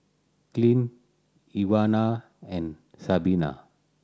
Clint Ivana and Sabina